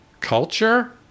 culture